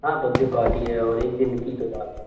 हाँ birthday party है और एक दिन की तो बात है